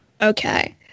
Okay